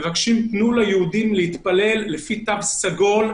מבקשים: תנו ליהודים להתפלל בבתי כנסת לפי תו סגול.